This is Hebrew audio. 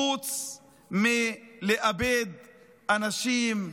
חוץ מלאבד אנשים,